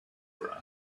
for